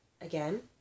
again